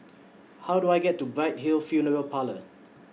How Do I get to Bright Hill Funeral Parlour